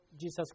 Jesus